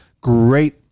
great